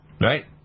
right